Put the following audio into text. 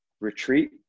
retreat